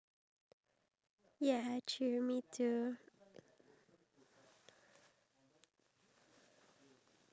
iya me too and I only still feel like in singapore you know we have our local food right let's say kway teow goreng